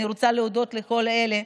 אני רוצה להודות לכל אלה,